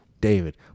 David